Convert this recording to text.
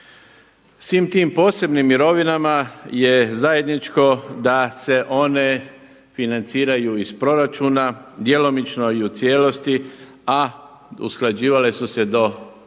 tim posebnim mirovinama je zajedničko da se one financiraju iz proračuna, djelomično i u cijelosti a usklađivale su se do ovog